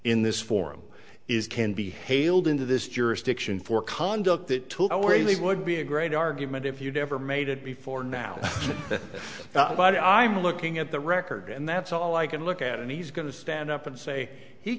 in this forum is can be hailed into this jurisdiction for conduct that took away would be a great argument if you'd ever made it before now but i'm looking at the record and that's all i can look at and he's going to stand up and say he